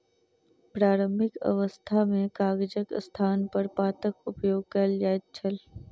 प्रारंभिक अवस्था मे कागजक स्थानपर पातक उपयोग कयल जाइत छल